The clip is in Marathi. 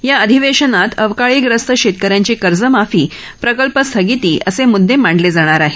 या अधिवेशनात अवकाळी ग्रस्त शेतक यांची कर्जमाफी प्रकल्प स्थगिती असे म्ददे मांडले जाणार आहेत